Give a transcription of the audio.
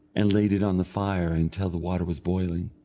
and laid it on the fire until the water was boiling,